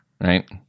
right